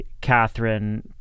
Catherine